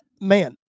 man